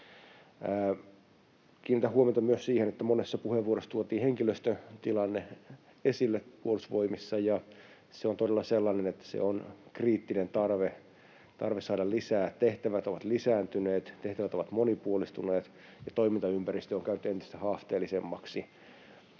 Kiinnitän huomiota myös siihen, että monessa puheenvuorossa tuotiin esille henkilöstötilanne Puolustusvoimissa. Se on todella sellainen, että on kriittinen tarve saada lisää, tehtävät ovat lisääntyneet, tehtävät ovat monipuolistuneet, ja toimintaympäristö on käynyt entistä haasteellisemmaksi.